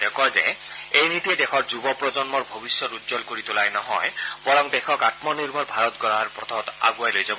তেওঁ কয় যে এই নীতিয়ে দেশৰ যুৱ প্ৰজন্মৰ ভৱিষ্যৎ উজ্জ্বল কৰি তোলাই নহয় বৰং দেশক আন্মনিৰ্ভৰ ভাৰত গঢ়াৰ পথত আগুৱাই লৈ যাব